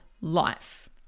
life